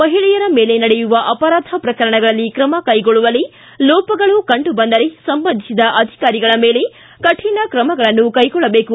ಮಹಿಳೆಯರ ಮೇಲೆ ನಡೆಯುವ ಅಪರಾಧ ಪ್ರಕರಣಗಳಲ್ಲಿ ಕ್ರಮ ಕೈಗೊಳ್ಳುವಲ್ಲಿ ಲೋಪಗಳು ಕಂಡುಬಂದರೆ ಸಂಬಂಧಿಸಿದ ಅಧಿಕಾರಿಗಳ ಮೇಲೆ ಕಠಣ ತ್ರಮಗಳನ್ನು ಕೈಗೊಳ್ಳಬೇಕು